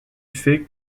fait